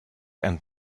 and